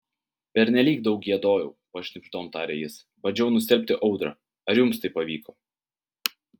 pernelyg daug giedojau pašnibždom taria jis bandžiau nustelbti audrą ar jums tai pavyko